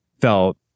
felt